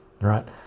right